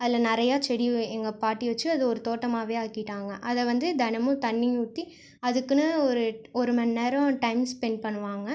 அதில் நிறையா செடி எங்கள் பாட்டி வச்சு அது ஒரு தோட்டமாகவே ஆக்கிட்டாங்க அதை வந்து தினமும் தண்ணி ஊற்றி அதுக்குன்னு ஒரு ஒரு மணிநேரம் டைம் ஸ்பென்ட் பண்ணுவாங்க